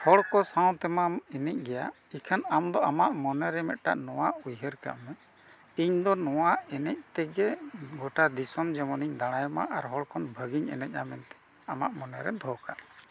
ᱦᱚᱲ ᱠᱚ ᱥᱟᱶᱛᱮᱢᱟᱢ ᱮᱱᱮᱡ ᱜᱮᱭᱟ ᱮᱱᱠᱷᱟᱱ ᱟᱢᱫᱚ ᱟᱢᱟᱜ ᱢᱚᱱᱮᱨᱮ ᱢᱤᱫᱴᱟᱝ ᱱᱚᱣᱟ ᱩᱭᱦᱟᱹᱨ ᱠᱟᱜ ᱢᱮ ᱤᱧᱫᱚ ᱱᱚᱣᱟ ᱮᱱᱮᱡ ᱛᱮᱜᱮ ᱜᱚᱴᱟ ᱫᱤᱥᱚᱢ ᱡᱮᱢᱚᱱᱤᱧ ᱫᱟᱬᱟᱭᱢᱟ ᱟᱨ ᱦᱚᱲ ᱠᱷᱚᱱ ᱵᱷᱟᱜᱮᱧ ᱮᱱᱮᱡᱟ ᱢᱮᱱᱛᱮ ᱟᱢᱟᱜ ᱢᱚᱱᱮ ᱨᱮ ᱫᱚᱦᱚ ᱠᱟᱜᱼᱟ